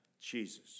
Jesus